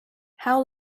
how